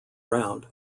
around